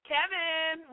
Kevin